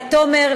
לתומר,